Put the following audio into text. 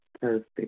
perfect